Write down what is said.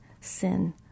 sin